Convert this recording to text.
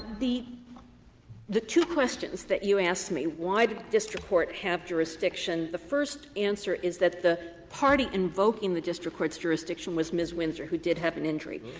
the the two questions that you asked me, why did the district court have jurisdiction, the first answer is that the party invoking the district court's jurisdiction was ms. windsor, who did have an injury.